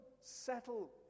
settle